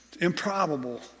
improbable